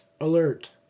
alert